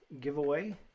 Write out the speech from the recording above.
giveaway